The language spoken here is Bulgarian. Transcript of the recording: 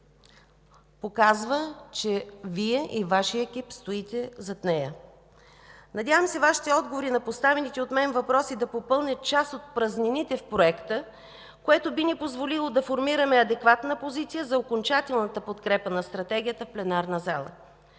показва, че Вие и Вашия екип стоите зад нея. Надявам се Вашите отговори на поставените от мен въпроси да попълнят част от празнините в Проекта, което би ни позволило да формираме адекватна позиция за окончателната подкрепа на Стратегията в пленарната зала.